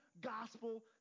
gospel